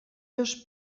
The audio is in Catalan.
dos